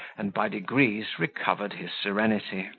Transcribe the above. and, by degrees, recovered his serenity.